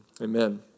amen